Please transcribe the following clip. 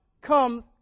comes